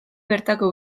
bertako